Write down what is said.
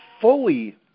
fully